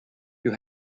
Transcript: you